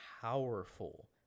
powerful